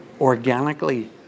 organically